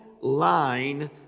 line